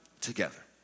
together